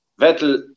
Vettel